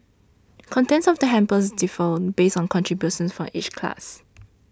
contents of the hampers differed based on contributions from each class